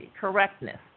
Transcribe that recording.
correctness